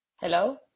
Hello